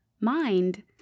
Mind